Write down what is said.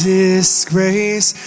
disgrace